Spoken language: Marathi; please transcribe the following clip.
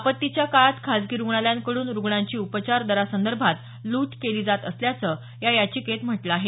आपत्तीच्या काळात खासगी रुग्णालयांकडून रुग्णांची उपचार दरासंदर्भात लूट केली जात असल्याचं या याचिकेत म्हटलं आहे